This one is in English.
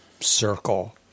circle